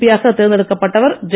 B யாக தேர்ந்தெடுக்கப்பட்டவர் J